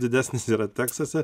didesnis yra teksase